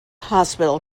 hospital